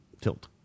Tilt